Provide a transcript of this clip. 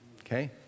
Okay